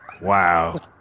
wow